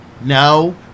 No